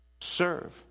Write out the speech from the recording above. serve